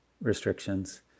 restrictions